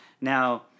Now